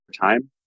time